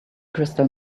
crystal